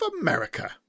America